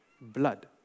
blood